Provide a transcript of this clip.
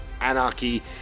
anarchy